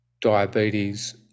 diabetes